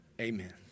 Amen